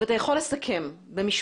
אם אתה יכול לסכם במשפט